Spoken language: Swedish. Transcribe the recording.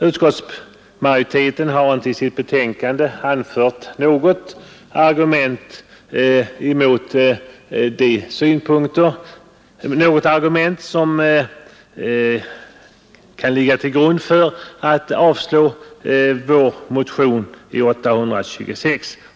Utskottsmajoriteten har inte i sitt betänkande anfört några sakargument som kan ligga till grund för ett avslag av vår motion 826.